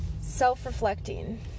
self-reflecting